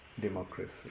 Democracy